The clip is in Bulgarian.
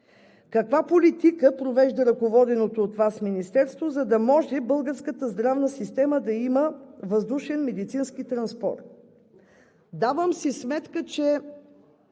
каква политика провежда ръководеното от Вас Министерство, за да може българската здравна система да има въздушен медицински транспорт. (Силен шум.) Давам си сметка, че